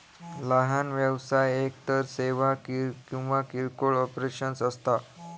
लहान व्यवसाय एकतर सेवा किंवा किरकोळ ऑपरेशन्स असता